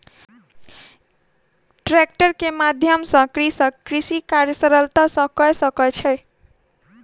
tractor के माध्यम सॅ कृषक कृषि कार्य सरलता सॅ कय सकै छै